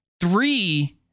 Three